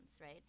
right